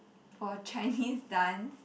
for Chinese dance